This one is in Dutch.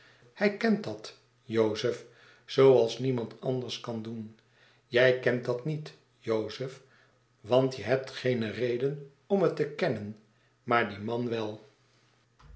hij kent dat jozef zooals niemand anders kan doen jij kentdat niet jozef want je hebt geene reden omhettekennen maar die man wel